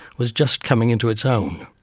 was just coming into its own.